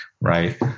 right